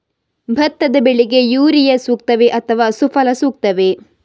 ಭತ್ತದ ಬೆಳೆಗೆ ಯೂರಿಯಾ ಸೂಕ್ತವೇ ಅಥವಾ ಸುಫಲ ಸೂಕ್ತವೇ?